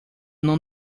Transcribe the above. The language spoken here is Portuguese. não